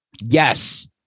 Yes